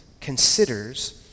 considers